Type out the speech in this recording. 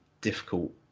difficult